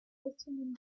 vitamin